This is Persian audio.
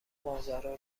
ماجرا